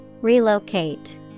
Relocate